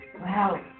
Wow